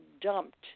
dumped